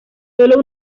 sólo